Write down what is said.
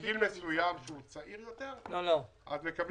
מגיל מסוים צעיר יותר, מקבלים פחות?